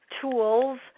tools